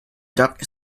dark